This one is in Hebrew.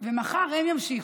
ומחר הם ימשיכו.